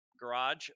garage